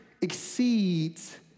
exceeds